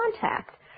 contact